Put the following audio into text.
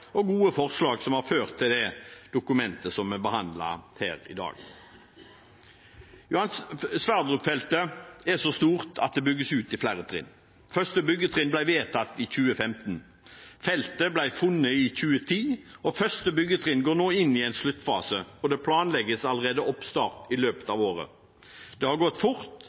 og gode forslag, som har ført til det dokumentet som vi behandler her i dag. Johan Sverdrup-feltet er så stort at det bygges ut i flere trinn. Første byggetrinn ble vedtatt i 2015. Feltet ble funnet i 2010. Første byggetrinn går nå inn i en sluttfase, og det planlegges allerede oppstart i løpet av året. Det har gått fort,